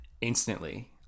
instantly